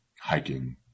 hiking